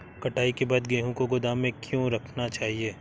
कटाई के बाद गेहूँ को गोदाम में क्यो रखना चाहिए?